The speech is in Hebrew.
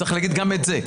צריך להגיד גם את זה.